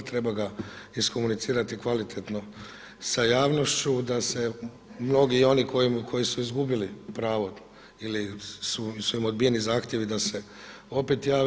Treba ga iskomunicirati kvalitetno sa javnošću da se mnogi oni koji su izgubili pravo ili su im odbijeni zahtjevi da se opet jave.